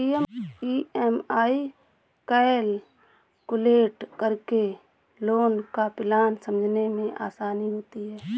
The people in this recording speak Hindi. ई.एम.आई कैलकुलेट करके लोन का प्लान समझने में आसानी होती है